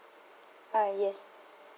ah yes